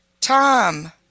Tom